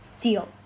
Deal